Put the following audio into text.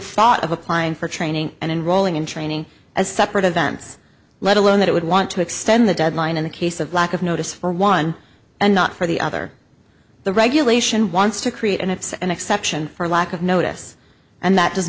thought of applying for training and enrolling in training as separate events let alone that it would want to extend the deadline in the case of lack of notice for one and not for the other the regulation wants to create and it's an exception for lack of notice and that does